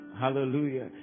Hallelujah